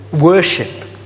worship